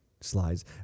slides